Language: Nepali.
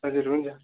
हजुर हुन्छ